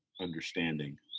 understanding